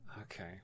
Okay